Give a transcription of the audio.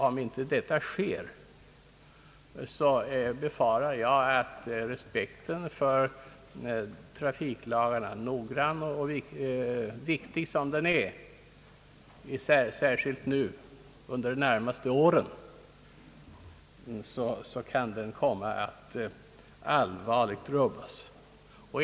Om inte det sker, så befarar jag att respekten för trafiklagarna, noggranna och viktiga som de är särskilt nu under de närmaste åren, kan komma att allvarligt rubbas.